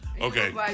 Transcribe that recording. Okay